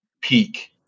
peak